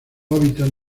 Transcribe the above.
hábitat